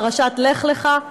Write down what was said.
פרשת לך לך,